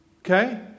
okay